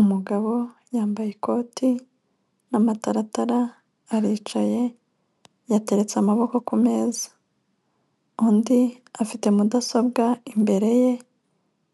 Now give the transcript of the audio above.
Umugabo yambaye ikote n'amataratara aricaye yateretse amaboko ku meza, undi afite mudasobwa imbere ye